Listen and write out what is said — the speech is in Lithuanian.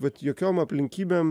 vat jokiom aplinkybėm